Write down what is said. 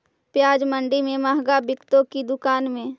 प्याज मंडि में मँहगा बिकते कि दुकान में?